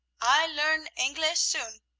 i learn anglais soon.